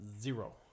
zero